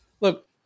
Look